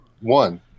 One